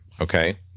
Okay